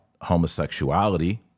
homosexuality